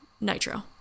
nitro